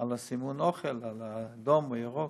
על סימון אוכל, על אדום או ירוק.